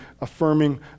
affirming